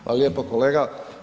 Hvala lijepo kolega.